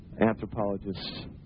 anthropologists